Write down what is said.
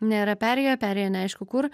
nėra perėja perėja neaišku kur